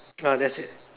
ah that's it